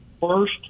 First